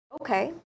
okay